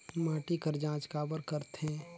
माटी कर जांच काबर करथे?